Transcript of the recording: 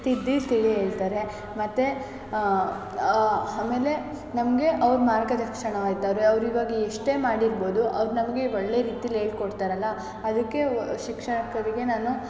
ತಿದ್ದಿ ತಿಳಿ ಹೇಳ್ತಾರೆ ಮತ್ತು ಆಮೇಲೆ ನಮಗೆ ಅವ್ರ ಮಾರ್ಗದರ್ಶನವಾಯ್ತವರೆ ಅವ್ರು ಇವಾಗ ಎಷ್ಟೇ ಮಾಡಿರ್ಬೋದು ಅವ್ರು ನಮಗೆ ಒಳ್ಳೆಯ ರೀತೀಲಿ ಹೇಳ್ಕೊಡ್ತಾರಲ್ಲ ಅದಕ್ಕೆ ಶಿಕ್ಷಕರಿಗೆ ನಾನು